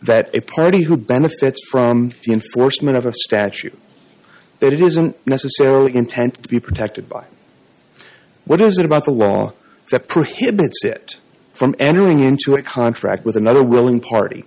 that a party who benefits from the enforcement of a statute that it isn't necessarily intent to be protected by what is it about the law that prohibits it from entering into a contract with another willing party